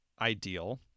ideal